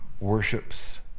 worships